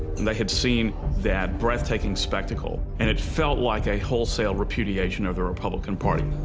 and they had seen that breathtaking spectacle and it felt like a wholesale repudiation of the republican party.